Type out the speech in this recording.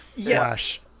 slash